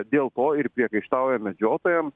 dėl to ir priekaištauja medžiotojams